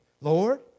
Lord